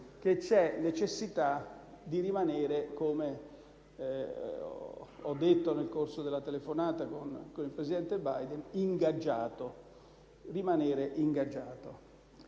che c'è necessità di rimanere - come ho detto nel corso della telefonata con il presidente Biden - ingaggiato. Ciò significa